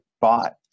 bought